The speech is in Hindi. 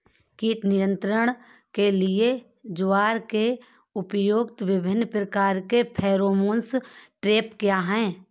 कीट नियंत्रण के लिए ज्वार में प्रयुक्त विभिन्न प्रकार के फेरोमोन ट्रैप क्या है?